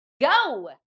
Go